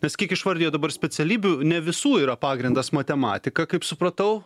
nes kiek išvardija dabar specialybių ne visų yra pagrindas matematika kaip supratau